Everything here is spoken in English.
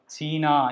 China